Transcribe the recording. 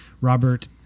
Robert